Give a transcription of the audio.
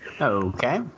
okay